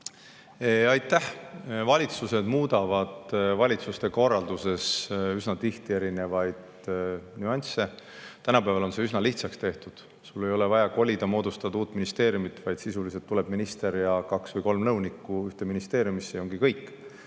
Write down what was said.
Aitäh! Valitsused muudavad valitsemiskorralduses üsna tihti erinevaid nüansse. Tänapäeval on see üsna lihtsaks tehtud. Ei ole vaja kolida, moodustada uut ministeeriumi, vaid sisuliselt tuleb minister ja kaks või kolm nõunikku ühte ministeeriumisse [lisaks]